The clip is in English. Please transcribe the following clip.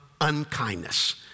unkindness